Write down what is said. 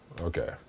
Okay